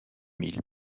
mille